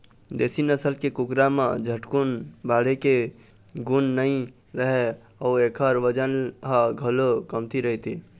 देशी नसल के कुकरा म झटकुन बाढ़े के गुन नइ रहय अउ एखर बजन ह घलोक कमती रहिथे